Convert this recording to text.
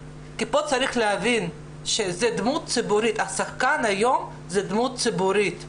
כי פה צריך להבין שהשחקן היום הוא דמות ציבורית.